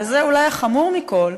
וזה אולי החמור מכול,